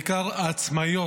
בעיקר עצמאיות,